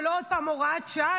לא עוד פעם הוראת שעה,